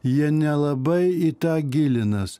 jie nelabai į tą gilinas